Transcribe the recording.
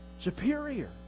superior